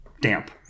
damp